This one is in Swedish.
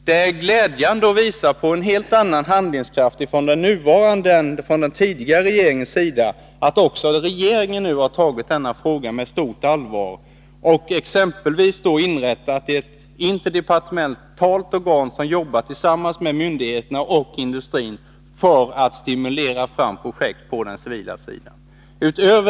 Det är glädjande och visar en helt annan handlingskraft hos den nuvarande regeringen — jämfört med den tidigare - att också regeringen nu har tagit denna fråga på allvar och inrättat ett interdepartementalt organ som arbetar tillsammans med myndigheterna och industrin för att stimulera fram projekt på den civila sidan.